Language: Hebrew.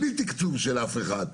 בלי תקצוב של אף אחד,